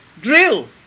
drill